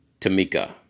Tamika